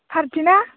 भारति ना